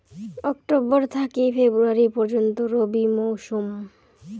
October থাকি ফেব্রুয়ারি পর্যন্ত রবি মৌসুম